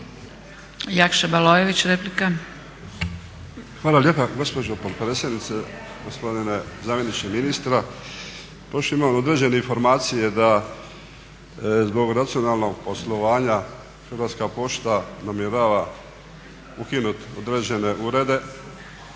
Jakša (Novi val)** Hvala lijepa gospođo potpredsjednice, gospodine zamjeniče ministra. Još imam određene informacije da zbog racionalnog poslovanja Hrvatska pošta namjerava ukinuti određene urede.